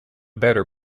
better